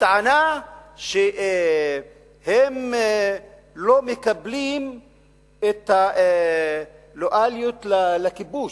בטענה שהם לא מקבלים את הלויאליות לכיבוש.